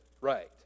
right